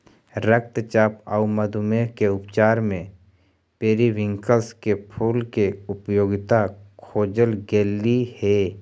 रक्तचाप आउ मधुमेह के उपचार में पेरीविंकल के फूल के उपयोगिता खोजल गेली हे